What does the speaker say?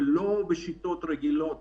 ולא לעשות את זה בשיטות רגילות